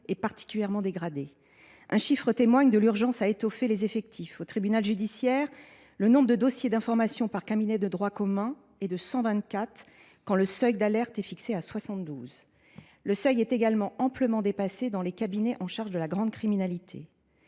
est particulièrement dégradée. Un chiffre témoigne de l’urgence à étoffer les effectifs : au tribunal judiciaire, le nombre de dossiers d’information par cabinet de droit commun est de 124, quand le seuil d’alerte est fixé à 72. Le seuil est également amplement dépassé dans les cabinets chargés de la grande criminalité.